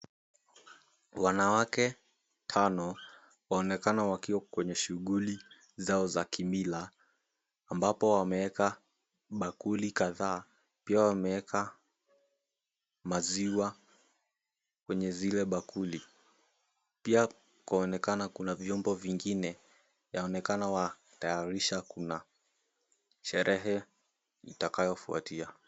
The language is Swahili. Wanawake tano waonekana wakiwa kwenye shughuli zao za kimila, ambapo wameweka bakuli kadhaa. Pia wameweka maziwa kwenye zile bakuli. Pia kwaonekana kuna vyombo vingine, yaonekana watayarisha kuna sherehe itakayofuatia.